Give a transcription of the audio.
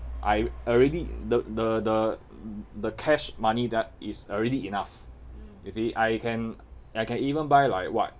I already the the the the cash money that is already enough you see I can I can even buy like what